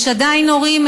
יש עדיין הורים,